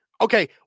Okay